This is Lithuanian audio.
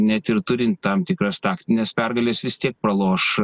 net ir turint tam tikras taktines pergales vis tiek praloš